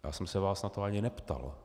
Já jsem se vás na to ani neptal.